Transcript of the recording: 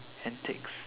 antics